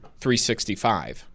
365